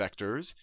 vectors